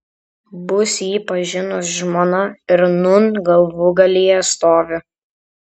bus jį pažinus žmona ir nūn galvūgalyje stovi